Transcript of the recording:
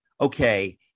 okay